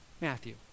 Matthew